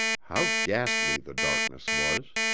how ghastly the darkness was!